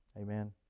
Amen